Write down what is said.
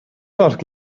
article